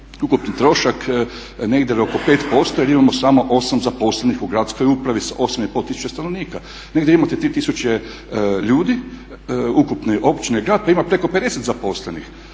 ukupni trošak negdje oko 5% jer imamo samo 8 zaposlenih u gradskoj upravi sa 8 i pol tisuća stanovnika. Negdje imate 3000 ljudi ukupne općine i grad, pa ima preko 50 zaposlenih.